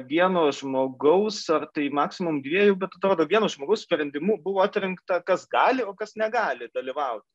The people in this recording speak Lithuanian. vieno žmogaus ar tai maksimum dviejų bet atrodo vieno žmogaus sprendimu buvo atrinkta kas gali o kas negali dalyvauti